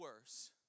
worse